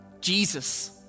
Jesus